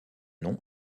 nom